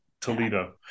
Toledo